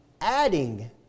Adding